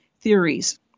theories